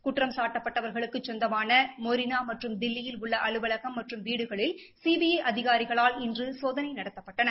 குற்றம்சாட்டப்பட்டவர்களுக்கு சொந்தமான மொரினா மற்றம் தில்லியில் உள்ள அலுவலகம் மற்றம் வீடுகளில் சிபிஐ அதிகாரிகளால் இன்று சோதனை நடத்தப்பட்டன